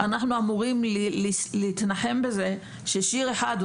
אנחנו אמורים להתנחם בזה ששיר אחד,